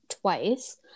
twice